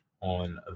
on